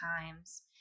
times